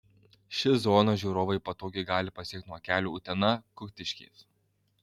šią zoną žiūrovai patogiai gali pasiekti nuo kelio utena kuktiškės